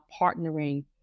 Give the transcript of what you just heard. partnering